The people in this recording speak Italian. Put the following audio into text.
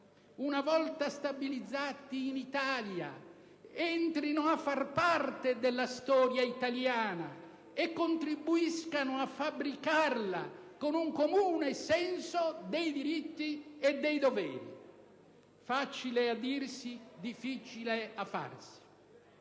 una volta stabilizzati in Italia, entrino a far parte della storia italiana e contribuiscano a fabbricarla con un comune senso dei diritti e dei doveri. Facile a dirsi, difficile a farsi;